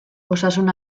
osasun